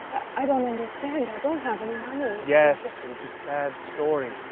i don't understand. i don't have any money. yes, and it's a sad story,